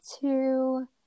two